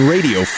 Radio